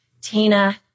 Tina